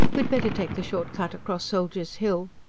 we'd better take the short cut across soldiers' hill.